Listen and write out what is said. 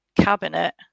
cabinet